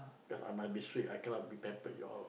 cause I might be strict I cannot be pampered you all